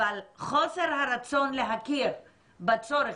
אבל חוסר הרצון להכיר בצורך,